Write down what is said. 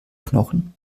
knochen